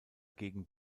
gegen